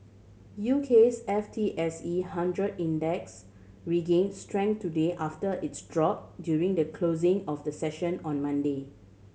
UK's F T S E hundred Index regain strength today after its drop during the closing of the session on Monday